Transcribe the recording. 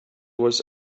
was